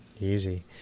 Easy